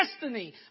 destiny